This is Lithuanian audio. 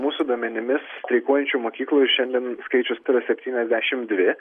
mūsų duomenimis streikuojančių mokyklų ir šiandien skaičius yra septyniasdešimt dvi